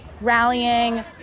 rallying